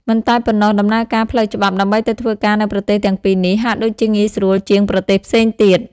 មិនតែប៉ុណ្ណោះ ដំណើរការផ្លូវច្បាប់ដើម្បីទៅធ្វើការនៅប្រទេសទាំងពីរនេះ ហាក់ដូចជាងាយស្រួលជាងប្រទេសផ្សេងទៀត។